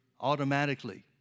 automatically